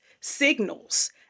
signals